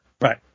Right